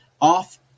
off